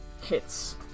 hits